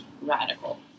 radical